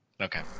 Okay